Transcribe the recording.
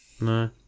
No